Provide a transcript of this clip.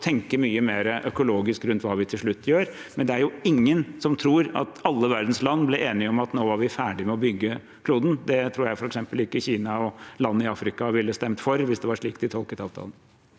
også tenke mye mer økologisk rundt hva vi til slutt gjør. Men det er jo ingen som tror at alle verdens land ble enige om at nå var vi ferdig med å bygge kloden. Det tror jeg f.eks. ikke Kina og land i Afrika ville stemt for, hvis det var slik de tolket avtalen.